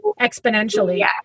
exponentially